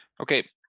Okay